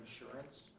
insurance